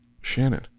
Shannon